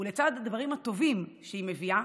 ולצד הדברים הטובים שהיא מביאה,